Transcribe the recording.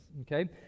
okay